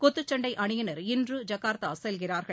குத்துச்சண்டை அணியினா் இன்று ஜகாா்த்தா செல்கிறாா்கள்